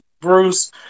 Bruce